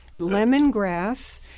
lemongrass